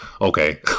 okay